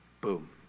Boom